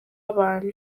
abantu